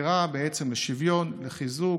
ובחתירה לשוויון, לחיזוק,